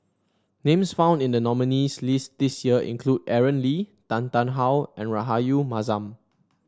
names found in the nominees' list this year include Aaron Lee Tan Tarn How and Rahayu Mahzam